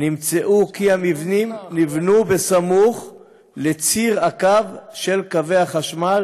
נמצא כי המבנים נבנו בסמוך לציר הקו של קווי החשמל,